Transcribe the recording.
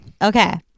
Okay